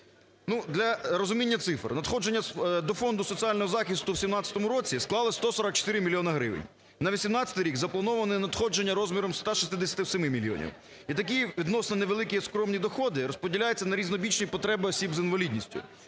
для розуміння цифр. Надходження до Фонду соціального захисту в 17-му році склали 144 мільйони гривень. На 2018 рік заплановані надходження розміром 167 мільйонів. І такі відносно невеликі і скромні доходи розподіляються на різнобічні потреби осіб з інвалідністю,